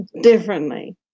differently